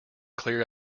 clear